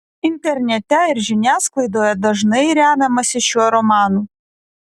internete ir žiniasklaidoje dažnai remiamasi šiuo romanu